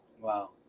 Wow